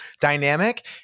dynamic